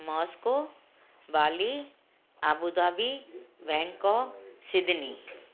Moscow Bali Abu Dhabi Bangkok Sydney